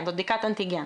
זאת בדיקת אנטיגן,